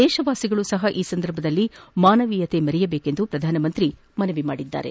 ದೇಶವಾಸಿಗಳು ಸಹ ಈ ಸಂದರ್ಭದಲ್ಲಿ ಮಾನವೀಯತೆ ಮೆರೆಯಬೇಕೆಂದು ಪ್ರಧಾನಮಂತ್ರಿ ಮನವಿ ಮಾಡಿದರು